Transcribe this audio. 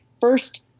First